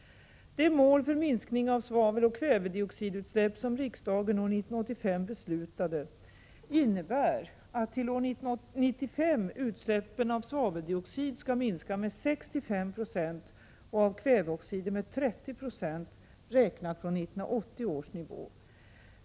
De mål för minskning av svaveloch kväveoxidutsläpp som riksdagen år — Prot. 1986/87:119 1985 beslutade innebär att utsläppen av svaveloxid till år 1995 skall minska — 8 maj 1987 med 65 26 och utsläppen av kväveoxider med 30 20, räknat från 1980 års nivå.